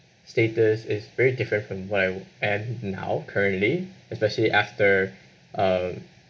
status is very different from what I would am now currently especially after um